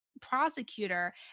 prosecutor